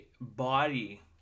body